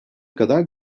kadar